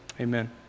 Amen